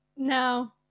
No